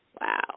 Wow